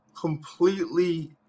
completely